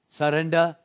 surrender